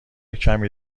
کمی